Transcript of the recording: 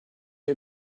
you